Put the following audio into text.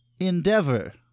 endeavor